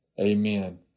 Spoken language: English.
amen